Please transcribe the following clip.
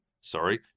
sorry